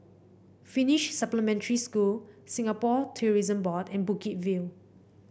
Finnish Supplementary School Singapore Tourism Board and Bukit View